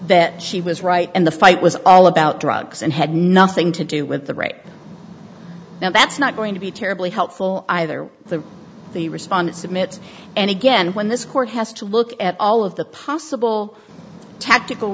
that she was right and the fight was all about drugs and had nothing to do with the rape now that's not going to be terribly helpful either the the respondent submit and again when this court has to look at all of the possible tactical